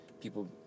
people